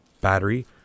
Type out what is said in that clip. battery